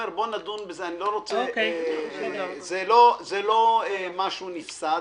מה שאתה מעלה הוא לא משהו נפסד,